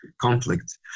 conflict